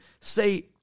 Say